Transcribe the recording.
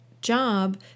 job